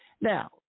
Now